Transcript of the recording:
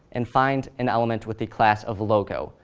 and find an element with the class of logo,